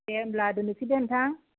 दे होनब्ला दोननोसैदे नोंथां